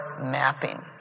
mapping